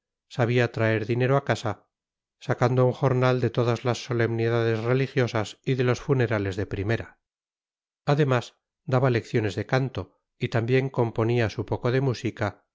sabía traer dinero a casa sacando un jornal de todas las solemnidades religiosas y de los funerales de primera además daba lecciones de canto y también componía su poco de música